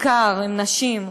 בעיקר נשים,